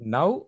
Now